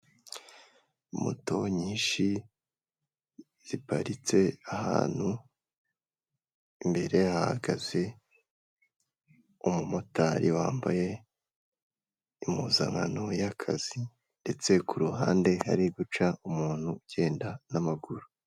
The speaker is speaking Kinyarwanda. Moto nyinshi ziparitse ahantu, imbere hahagaze umumotari wambaye impuzankano y'akazi ndetse ku ruhande hari guca umuntu ugenda n'amaguru.